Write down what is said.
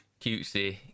cutesy